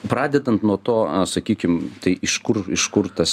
pradedant nuo to sakykim tai iš kur iš kur tas